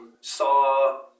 Saw